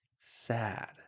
sad